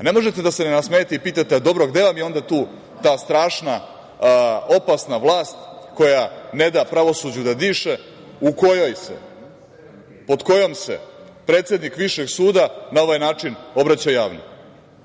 ne možete da se ne nasmejete i pitate – dobro, a gde vam je onda tu ta strašna, opasna vlast koja ne da pravosuđu da diše, pod kojom se predsednik Višeg suda na ovaj način obraća javno,